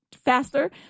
Faster